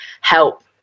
help